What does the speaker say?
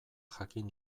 jakin